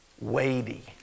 weighty